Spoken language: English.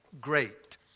great